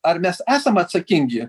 ar mes esam atsakingi